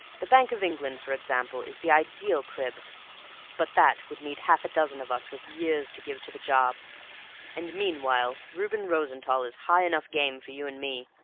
the bank of england, for example, is the ideal crib but that would need half a dozen of us with years to give to the job and meanwhile reuben rosenthall is high enough game for you and me.